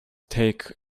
take